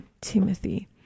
Timothy